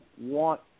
want